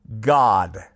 God